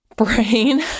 brain